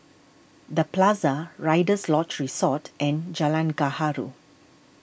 the Plaza Rider's Lodge Resort and Jalan Gaharu